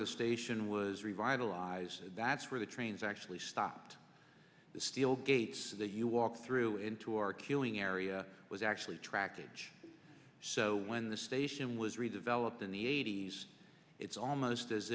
the station was revitalized that's where the trains actually stopped the steel gates of the you walk through into our killing area was actually trackage so when the station was redeveloped in the eighty's it's almost as